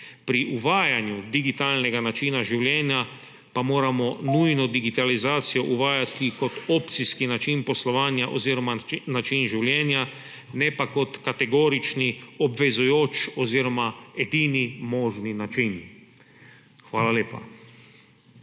Pri uvajanju digitalnega načina življenja pa moramo nujno digitalizacijo uvajati kot opcijski način poslovanja oziroma način življenja, ne pa kot kategorični, obvezujoč oziroma edini možni način. Hvala lepa.